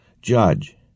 Judge